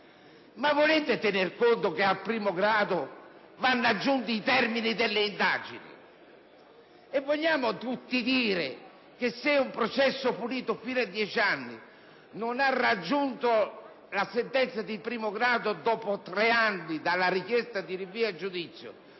ma volete tener conto che al primo grado vanno aggiunti i termini delle indagini? Vogliamo tutti dire che se un processo con pena fino a dieci anni non ha raggiunto la sentenza di primo grado dopo tre anni dalla richiesta di rinvio a giudizio,